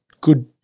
Good